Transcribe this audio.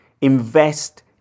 invest